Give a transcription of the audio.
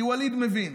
כי ווליד מבין.